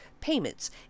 payments